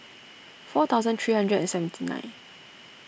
four thousand three hundred and seventy nine